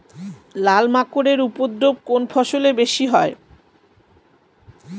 লাল মাকড় এর উপদ্রব কোন ফসলে বেশি হয়?